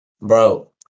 bro